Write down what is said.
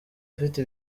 afite